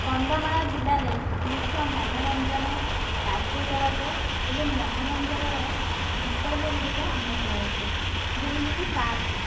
କନ୍ଧମାଳ ଜିଲ୍ଲାରେ ମୁଖ୍ୟ ମନୋରଞ୍ଜନ କାର୍ଯ୍ୟକଳାପ ଏବଂ ମନୋରଞ୍ଜନର ବିକଳ୍ପଗୁଡ଼ିକ ଅନେକ ରହିଛି ଯେମିତିକି ପାର୍କ